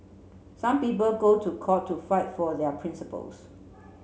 some people go to court to fight for their principles